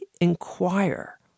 inquire